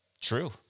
true